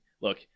Look